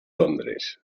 londres